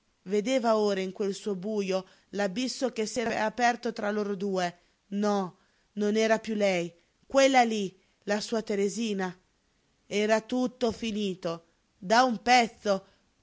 vedeva ora in quel suo bujo l'abisso che s'era aperto tra loro due no non era piú lei quella lí la sua teresina era tutto finito da un pezzo